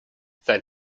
sein